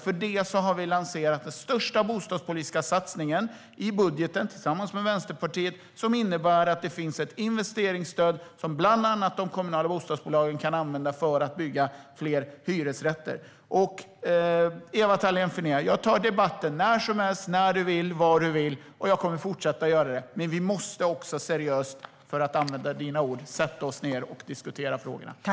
För det har vi lanserat den största bostadspolitiska satsningen i budgeten tillsammans med Vänsterpartiet. Den innebär att det finns ett investeringsstöd som bland annat de kommunala bostadsbolagen kan använda för att bygga fler hyresrätter. Ewa Thalén Finné! Jag tar debatten när som helst, när du vill och var du vill. Jag kommer att fortsätta göra det. Men vi måste också seriöst - för att använda dina ord - sätta oss ned och diskutera frågorna.